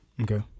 Okay